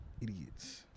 Idiots